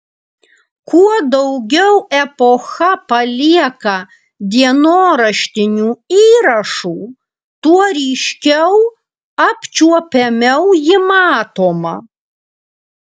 kuo daugiau epocha palieka dienoraštinių įrašų tuo ryškiau apčiuopiamiau ji matoma